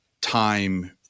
time